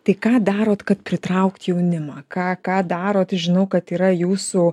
tai ką darot kad pritraukt jaunimą ką ką darote žinau kad yra jūsų